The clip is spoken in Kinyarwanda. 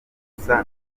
gusa